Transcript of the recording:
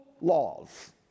laws